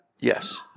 Yes